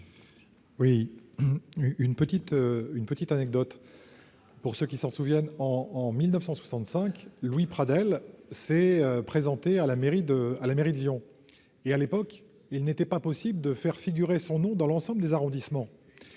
une petite anecdote. En 1965, Louis Pradel s'est présenté à la mairie de Lyon. À l'époque, il n'était pas possible de faire figurer son nom dans l'ensemble des arrondissements.